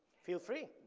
feel free.